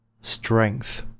strength